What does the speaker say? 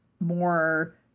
more